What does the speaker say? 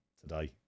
today